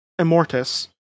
Immortus